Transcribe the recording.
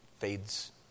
fades